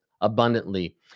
abundantly